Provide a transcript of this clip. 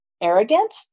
arrogant